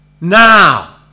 now